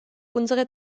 unsere